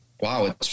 Wow